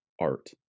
Art